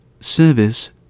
Service